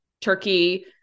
Turkey